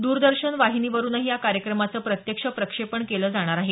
दरदर्शन वाहिनीवरूनही या कार्यक्रमाचं प्रत्यक्ष प्रक्षेपण केलं जाणार आहे